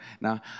Now